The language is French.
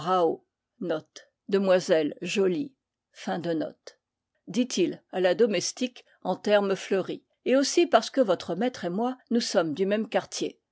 dit-il à la domestique en termes fleuris et aussi parce que votre maître et moi nous sommes du même quartier